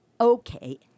okay